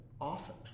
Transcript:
often